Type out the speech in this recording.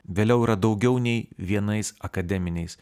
vėliau yra daugiau nei vienais akademiniais